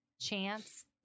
chance